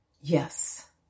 Yes